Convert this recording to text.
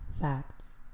facts